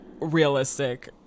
realistic